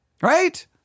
Right